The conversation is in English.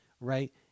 Right